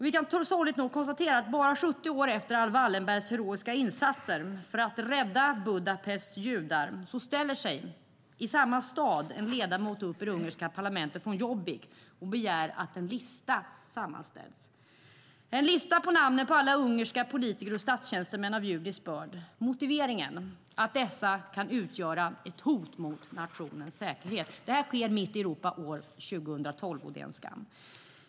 Vi kan sorgligt nog konstatera att bara 70 år efter Raoul Wallenbergs heroiska insatser för att rädda Budapests judar ställer sig i samma stad en ledamot från Jobbik upp i det ungerska parlamentet och begär att en lista sammanställs - en lista med namnen på alla ungerska politiker och statstjänstemän av judisk börd. Motiveringen? Att dessa kan utgöra ett hot mot nationens säkerhet. Detta sker mitt i Europa år 2012. Det är en skam.